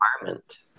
environment